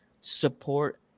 Support